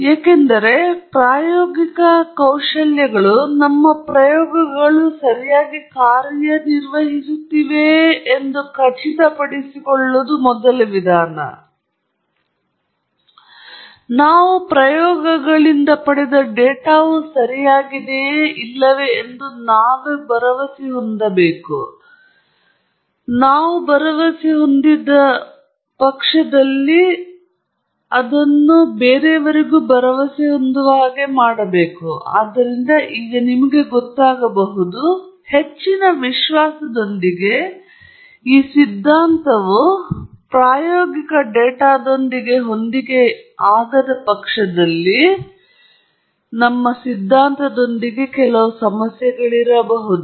ಏಕೆಂದರೆ ಪ್ರಾಯೋಗಿಕ ಕೌಶಲ್ಯಗಳು ನಮ್ಮ ಪ್ರಯೋಗಗಳು ಸರಿಯಾಗಿ ಕಾರ್ಯನಿರ್ವಹಿಸುತ್ತಿವೆ ಎಂದು ನಾವು ಖಚಿತಪಡಿಸಿಕೊಳ್ಳಬೇಕಾದ ಕೌಶಲಗಳ ವಿಧಗಳಾಗಿವೆ ನಾವು ಪ್ರಯೋಗಗಳಿಂದ ಪಡೆದ ಡೇಟಾವು ಸರಿಯಾಗಿದೆಯೆ ಎಂದು ನಾವು ಭರವಸೆ ಹೊಂದಿದ್ದೇವೆ ಆದ್ದರಿಂದ ಈಗ ನಿಮಗೆ ಗೊತ್ತಾಗಬಹುದು ಹೆಚ್ಚಿನ ವಿಶ್ವಾಸದೊಂದಿಗೆ ಈ ಸಿದ್ಧಾಂತವು ಪ್ರಾಯೋಗಿಕ ಡೇಟಾದೊಂದಿಗೆ ಹೊಂದಿಕೆಯಾಗದಿದ್ದಲ್ಲಿ ಈ ಸಿದ್ಧಾಂತದೊಂದಿಗೆ ಕೆಲವು ಸಮಸ್ಯೆಗಳಿವೆ